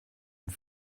und